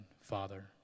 Father